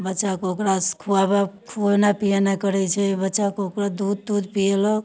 बच्चाके ओकरा खुआबै खुएनाइ पीयेनाइ करै छै बच्चाके ओकरा दूध टूध पीयेलक